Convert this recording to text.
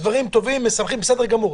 דברים טובים, משמחים, בסדר גמור.